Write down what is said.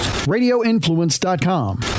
Radioinfluence.com